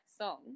song